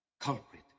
culprit